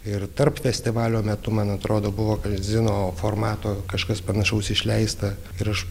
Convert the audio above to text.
ir tarp festivalio metu man atrodo buvo kazino formato kažkas panašaus išleista ir aš